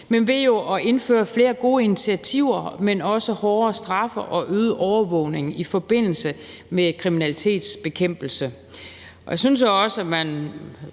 – ved at indføre flere gode initiativer, men også hårdere straffe og øget overvågning i forbindelse med kriminalitetsbekæmpelse. Jeg synes også, at man